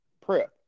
Prep